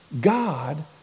God